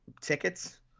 tickets